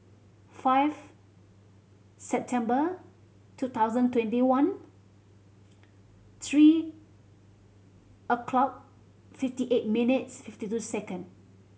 five September two thousand twenty one three o'clock fifty eight minutes fifty two second